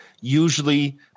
usually